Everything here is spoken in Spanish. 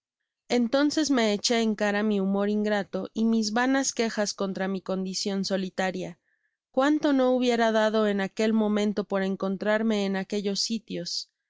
entonces me eché en cara mi humor ingrato y mis vanas quejas contra mi condicion solitaria cuánto no hubiera dado en aquel momento por encontrarme en aquellos sitios